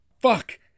Fuck